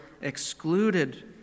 excluded